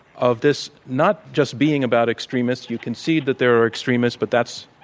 of this not just being about extremists, you can see that there are extremists, but that's,